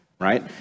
right